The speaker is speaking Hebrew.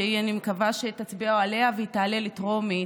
שאני מקווה שתצביעו עליה והיא תתקבל בטרומית,